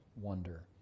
wonder